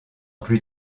plus